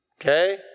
Okay